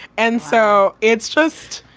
and so it's just,